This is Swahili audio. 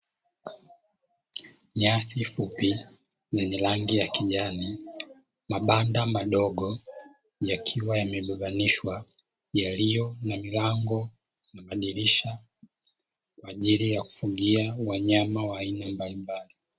Nyasi fupi zenye rangi ya kijani na mabanda madogo yakiwa yamebebanishwa, yaliyo na mlango na madirisha kwa ajili ya kufugia wanyama wa aina mbalimbali.